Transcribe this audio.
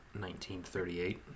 1938